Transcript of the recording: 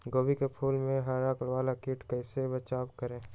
गोभी के फूल मे हरा वाला कीट से कैसे बचाब करें?